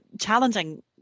challenging